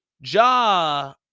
ja